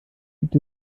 gibt